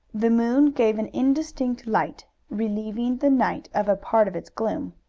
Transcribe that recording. the moon gave an indistinct light, relieving the night of a part of its gloom.